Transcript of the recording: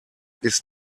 ist